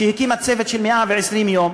שהקימה את "צוות 120 הימים",